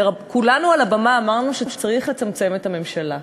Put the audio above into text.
וכולנו על הבמה אמרנו שצריך לצמצם את הממשלה.